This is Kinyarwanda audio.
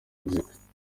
muzika